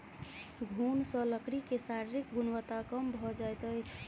घुन सॅ लकड़ी के शारीरिक गुणवत्ता कम भ जाइत अछि